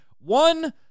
one